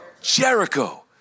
jericho